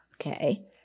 Okay